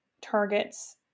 targets